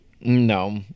no